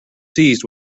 seized